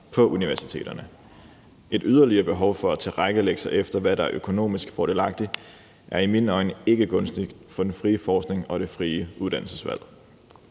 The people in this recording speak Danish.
på universiteterne. Hvis der skabes et yderligere behov for at tilrettelægge sig efter, hvad der er økonomisk fordelagtigt, er det i mine øjne ikke gunstigt for den frie forskning og det frie uddannelsesvalg.